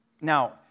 Now